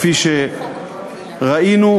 כפי שראינו,